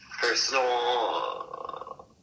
personal